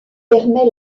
permet